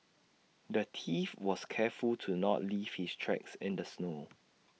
the thief was careful to not leave his tracks in the snow